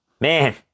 man